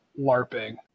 LARPing